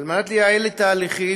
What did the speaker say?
על מנת לייעל את ההליכים,